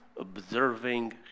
observing